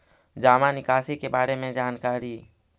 जामा निकासी के बारे में जानकारी?